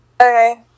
Okay